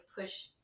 push